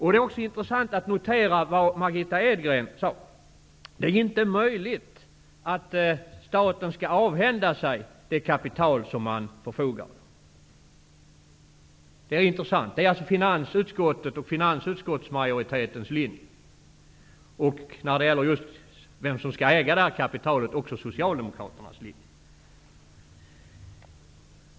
Det är också intressant att notera vad Margitta Edgren sade, nämligen att det inte är möjligt att staten skall avhända sig det kapital man förfogar över. Det här är alltså den linje som majoriteten i finansutskottet företräder. I fråga om vem som skall äga kapitalet är det också Socialdemokraternas linje.